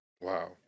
Wow